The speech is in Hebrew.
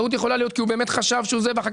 טעות יכולה להיות כי הוא באמת חשב שהוא זה ואחר